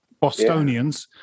Bostonians